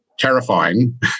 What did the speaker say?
terrifying